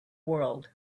world